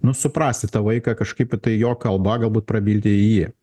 nu suprasti tą vaiką kažkaip į tai jo kalba galbūt prabilti į jį